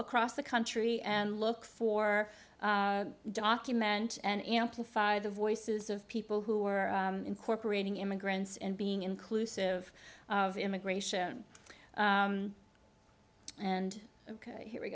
across the country and look for document and amplify the voices of people who are incorporating immigrants and being inclusive of immigration and here we